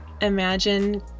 imagine